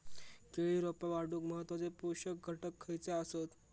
केळी रोपा वाढूक महत्वाचे पोषक घटक खयचे आसत?